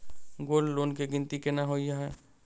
Gold loan केँ गिनती केना होइ हय?